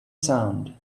sound